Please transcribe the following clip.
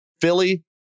Philly